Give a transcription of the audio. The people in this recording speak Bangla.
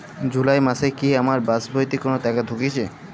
জুলাই মাসে কি আমার পাসবইতে কোনো টাকা ঢুকেছে?